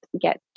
get